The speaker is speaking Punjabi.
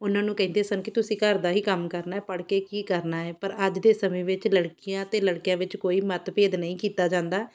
ਉਹਨਾਂ ਨੂੰ ਕਹਿੰਦੇ ਸਨ ਕਿ ਤੁਸੀਂ ਘਰ ਦਾ ਹੀ ਕੰਮ ਕਰਨਾ ਪੜ੍ਹ ਕੇ ਕੀ ਕਰਨਾ ਹੈ ਪਰ ਅੱਜ ਦੇ ਸਮੇਂ ਵਿੱਚ ਲੜਕੀਆਂ ਅਤੇ ਲੜਕਿਆਂ ਵਿੱਚ ਕੋਈ ਮੱਤਭੇਦ ਨਹੀਂ ਕੀਤਾ ਜਾਂਦਾ